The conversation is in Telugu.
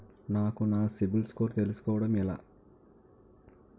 నాకు నా సిబిల్ స్కోర్ తెలుసుకోవడం ఎలా?